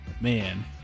man